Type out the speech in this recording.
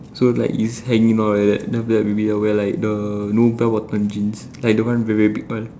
so like it's hanging all like that then after that maybe I wear like the you know bell bottom jeans like the one very very big one